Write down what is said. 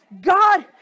God